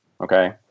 okay